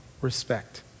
respect